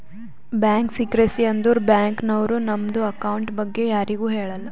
bank secrecy ಅಂದುರ್ bank ನವ್ರು ನಮ್ದು ಅಕೌಂಟ್ ಬಗ್ಗೆ ಯಾರಿಗು ಹೇಳಲ್ಲ